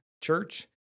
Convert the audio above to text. church